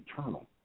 eternal